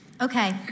Okay